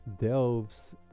delves